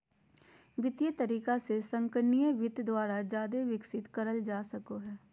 वित्तीय तरीका से संगणकीय वित्त द्वारा जादे विकसित करल जा सको हय